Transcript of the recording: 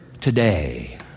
today